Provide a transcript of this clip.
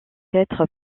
être